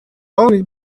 only